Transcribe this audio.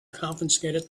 confiscated